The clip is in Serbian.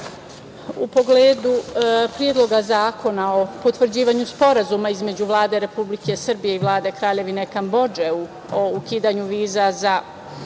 pogledu Predloga zakona o potvrđivanju sporazuma između Vlade Republike Srbije i Vlade Kraljevine Kambodže o ukidanju viza za